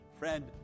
Friend